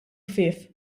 ħfief